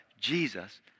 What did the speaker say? Jesus